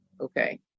okay